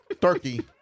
turkey